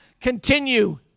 continue